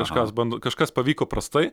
kažkas bando kažkas pavyko prastai